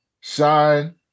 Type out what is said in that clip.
Shine